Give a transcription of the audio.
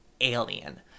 alien